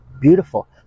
Beautiful